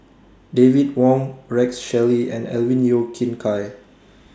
David Wong Rex Shelley and Alvin Yeo Khirn Hai